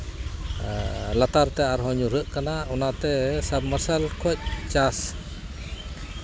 ᱞᱟᱛᱟᱨ ᱛᱮ ᱟᱨᱦᱚᱸ ᱧᱩᱨᱦᱟᱹᱜ ᱠᱟᱱᱟ ᱚᱱᱟᱛᱮ ᱥᱟᱵᱽᱢᱟᱨᱥᱟᱞ ᱠᱷᱚᱱ ᱪᱟᱥ